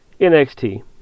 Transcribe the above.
NXT